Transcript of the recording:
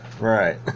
Right